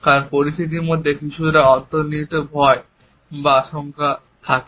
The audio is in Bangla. কারণ পরিস্থিতির মধ্যে কিছু অন্তর্নিহিত ভয় বা আশঙ্কা থাকে